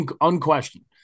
unquestioned